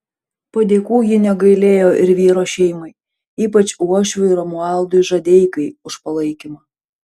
padėkų ji negailėjo ir vyro šeimai ypač uošviui romualdui žadeikai už palaikymą